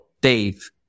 Dave